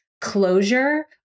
closure